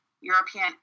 European